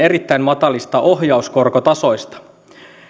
erittäin matalista ohjauskorkotasoista